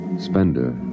Spender